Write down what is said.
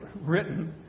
written